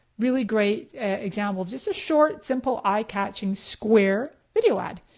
really great example. just a short simple eye-catching square video ad.